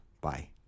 Bye